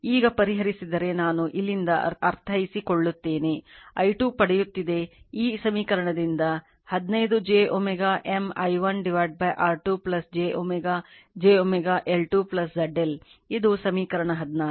ಈಗ ಪರಿಹರಿಸಿದರೆ ನಾನು ಇಲ್ಲಿಂದ ಅರ್ಥೈಸಿಕೊಳ್ಳುತ್ತೇನೆ i2 ಪಡೆಯುತ್ತಿದೆ ಈ ಸಮೀಕರಣದಿಂದ 15 j ωM i1 R2 jω jωL2 ZL ಇದು ಸಮೀಕರಣ 16